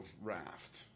raft